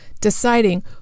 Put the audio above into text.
deciding